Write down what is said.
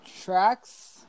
tracks